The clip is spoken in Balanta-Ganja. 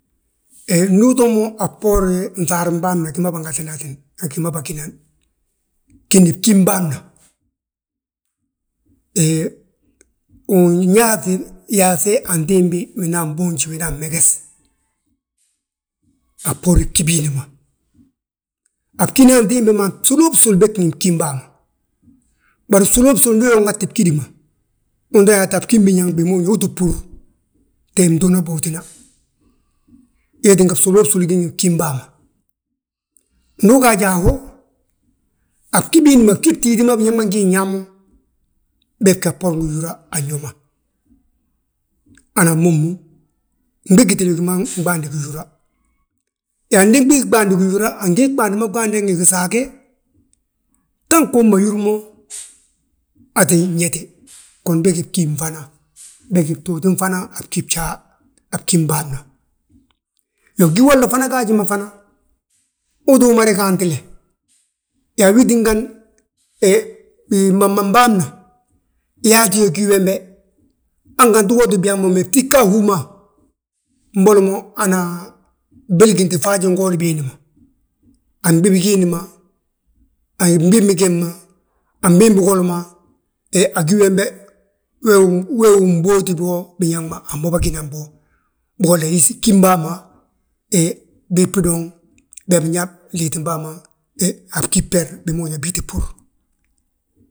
He ndu utoo mo a boorin nŧaarim bâan ma gima bâŋatinatini a gi ma a gí ma bâgi nanan. Bgím bâan ma, win yaaŧi yaaŧe antimbi winan boonji hinan meges a bboorin bgí biindi ma. A bgína antimbi ma bsuloo bsuli bég gí ngi bgím bàa ma. Bari bsuloo bsul ndu uyaa unŋati bgídi ma, unto yaata a bgím biñaŋ bima húrin yaa uu tti bhúr btee mtoona bóotina. Wee tínga bsuloo bsul gí ngi bgím bàa ma. Ndu uga ajaa wo, a bgí biindi ma, bgí mtíiti ma biñaŋ ma ngin yaa mo, bee bga a bboorin gihúra, an yo ma. Hana a momu, ndu ugitili hi ma nɓaande gihúra. Yaa ndi biiɓaade gihúra, angí ɓaandi mo ɓaande, ngi gisaage, tango uma yúur mo, aa ttin yeti, gonn bégi bgí mfana, bégi btooti mfana, a bgí bjaa, a bgím bâan ma. Iyoo, ngi holla fana gaaji ma fana, utuu mada gantile, yaa wi tíngan, he bimaman bânn ma biyaati yo gí wembe. Hanganti wo tti byaa mo, bari btiga a húma, mboli mo hana, bwélginti faajingoodi biindi ma, a gbii bigiindi ma, a gbii bég ma, han gbii bigol ma, a gi wembe wee wi mbóoti bo biñaŋ ma a mo bâginan bo. Bigolla yísi gjifm bàama, he beg bidoŋ biyaa binyaa gliitim bàa ma a bgím ber bima húrin yaa bii tti bhúr.